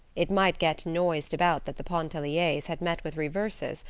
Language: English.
it might get noised about that the pontelliers had met with reverses,